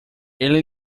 ele